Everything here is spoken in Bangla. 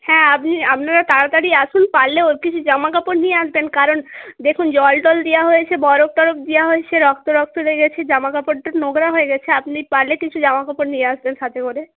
হ্যাঁ আপনি আপনারা তাড়াতাড়ি আসুন পারলে ওর কিছু জামা কাপড় নিয়ে আসবেন কারণ দেখুন জল টল দেওয়া হয়েছে বরফ টরফ দেওয়া হয়েছে রক্ত টক্ত লেগেছে জামা কাপড়টা নোংরা হয়ে গেছে আপনি পারলে কিছু জামা কাপড় নিয়ে আসবেন সাথে করে